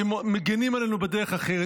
הם מגינים עלינו בדרך אחרת.